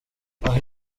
aho